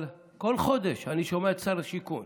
אבל כל חודש אני שומע את שר השיכון